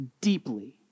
Deeply